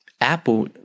Apple